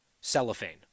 cellophane